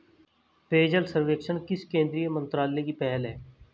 पेयजल सर्वेक्षण किस केंद्रीय मंत्रालय की पहल है?